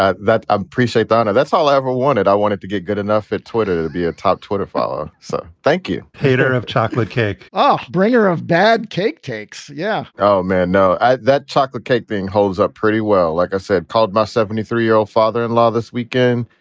ah that. and that's all i ever wanted. i wanted to get good enough at twitter to be a top twitter followers. so thank you. hater of chocolate cake. oh, bringer of bad cake cakes. yeah. oh, man. no. that chocolate cake being holds up pretty well. like i said, called my seventy three year old father in law this weekend.